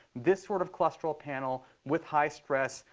this sort of cholesterol panel with high stress,